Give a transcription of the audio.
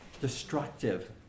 destructive